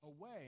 away